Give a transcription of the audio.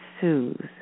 soothe